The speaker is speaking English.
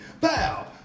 Bow